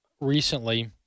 recently